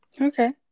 Okay